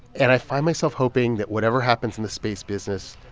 and i find myself hoping that whatever happens in the space business,